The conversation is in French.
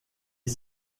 est